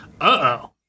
Uh-oh